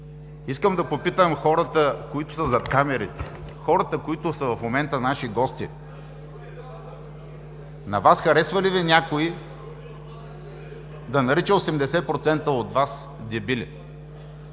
Искам да попитам хората, които са зад камерите, хората, които са в момента наши гости – на Вас харесва ли Ви някой да нарича 80% от Вас „дебили“?